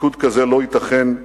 ליכוד כזה לא ייתכן,